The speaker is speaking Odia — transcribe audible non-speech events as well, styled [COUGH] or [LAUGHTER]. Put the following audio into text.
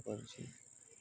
[UNINTELLIGIBLE]